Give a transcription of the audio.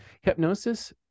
hypnosis